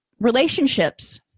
relationships